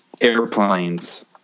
airplanes